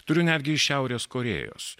turiu netgi šiaurės korėjos